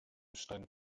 stand